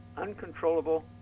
uncontrollable